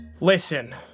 Listen